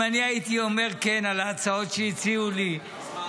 אם אני הייתי אומר כן על ההצעות שהציעו לי --- אז מה?